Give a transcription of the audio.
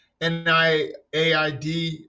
NIAID